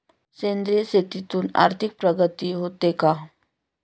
सेंद्रिय शेतीतून आर्थिक प्रगती होते का?